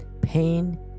Pain